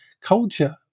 culture